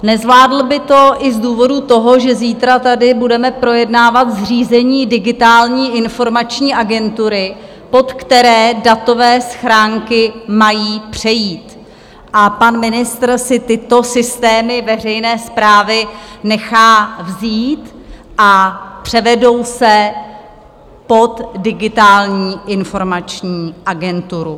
Nezvládl by to i z důvodu toho, že zítra tady budeme projednávat zřízení Digitální informační agentury, pod které datové schránky mají přejít, a pan ministr si tyto systémy veřejné správy nechá vzít a převedou se pod Digitální informační agenturu.